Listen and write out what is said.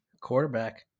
Quarterback